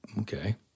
Okay